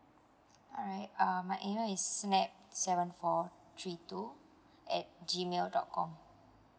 alright um my email is snap seven four three two at G mail dot com